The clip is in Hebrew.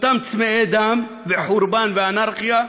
אותם צמאי דם, חורבן ואנרכיה,